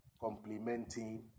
complementing